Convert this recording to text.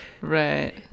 Right